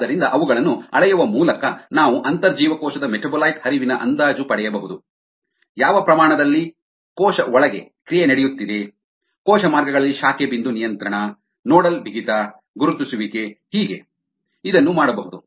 ಆದ್ದರಿಂದ ಅವುಗಳನ್ನು ಅಳೆಯುವ ಮೂಲಕ ನಾವು ಅಂತರ್ಜೀವಕೋಶದ ಮೆಟಾಬೊಲೈಟ್ ಹರಿವಿನ ಅಂದಾಜು ಪಡೆಯಬಹುದು ಯಾವ ಪ್ರಮಾಣ ದಲ್ಲಿ ಕೋಶ ಒಳಗೆ ಕ್ರಿಯೆ ನಡೆಯುತ್ತಿದೆ ಕೋಶ ಮಾರ್ಗಗಳಲ್ಲಿ ಶಾಖೆ ಬಿಂದು ನಿಯಂತ್ರಣ ನೋಡಲ್ ಬಿಗಿತ ಗುರುತಿಸುವಿಕೆ ಹೀಗೆ ಇದನ್ನು ಮಾಡಬಹುದು